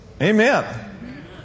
Amen